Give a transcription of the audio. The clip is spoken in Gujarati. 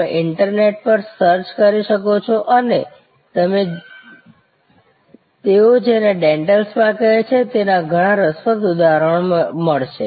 તમે ઇન્ટરનેટ પર સર્ચ કરી શકો છો અને તમને તેઓ જેને ડેન્ટલ સ્પા કહે છે તેના ઘણા રસપ્રદ ઉદાહરણો મળશે